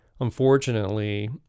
unfortunately